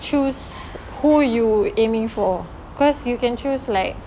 choose who you aiming for cause you can choose like